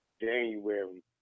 january